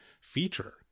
feature